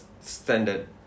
standard